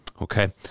Okay